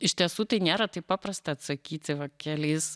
iš tiesų tai nėra taip paprasta atsakyti va keliais